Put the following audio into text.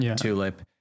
Tulip